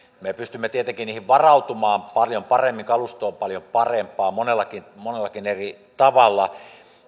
me me pystymme tietenkin niihin varautumaan paljon paremmin kalusto on paljon parempaa monellakin monellakin eri tavalla